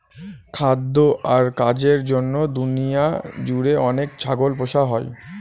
খাদ্য আর কাজের জন্য দুনিয়া জুড়ে অনেক ছাগল পোষা হয়